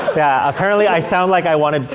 yeah apparently, i sound like i wanna,